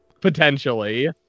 potentially